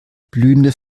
blühende